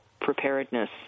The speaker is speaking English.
preparedness